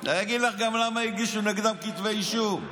אני אגיד לך גם למה הגישו נגדם כתבי אישום: